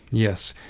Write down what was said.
yes.